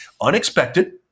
unexpected